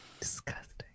Disgusting